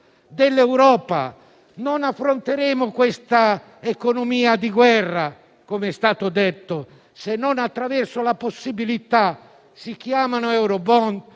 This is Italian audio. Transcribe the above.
dell'Europa. Non affronteremo quest'economia di guerra - come è stato detto - se non attraverso quelli che si chiamano eurobond,